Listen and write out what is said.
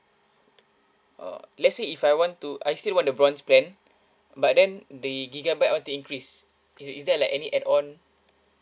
oh let's say if I want to I still want the bronze plan but then the gigabyte want to increase is it is there like any add on